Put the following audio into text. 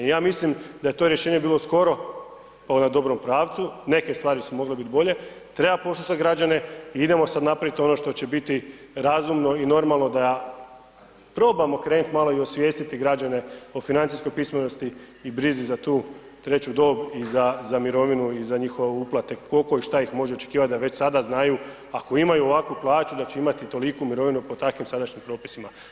I ja mislim da je to rješenje bilo skoro na dobrom pravcu, neke stvari su mogle biti bolje, treba poslušat građane i idemo sad napravit ono što će biti razumno i normalno da probamo krenuti malo i osvijestiti građane o financijskoj pismenosti i brizi za tu treću dob i za mirovinu i za njihove uplate, koliko i šta ih može očekivati da već sada znaju ako imaju ovakvu plaću da će imati toliku mirovinu po takvim sadašnjim propisima.